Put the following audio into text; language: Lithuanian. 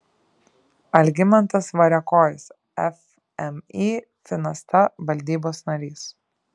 algimantas variakojis fmį finasta valdybos narys